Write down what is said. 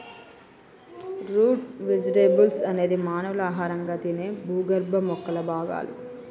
route vegetables అనేది మానవులు ఆహారంగా తినే భూగర్భ మొక్కల భాగాలు